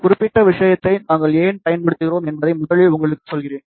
இந்த குறிப்பிட்ட விஷயத்தை நாங்கள் ஏன் பயன்படுத்துகிறோம் என்பதை முதலில் உங்களுக்கு சொல்கிறேன்